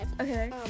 Okay